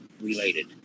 related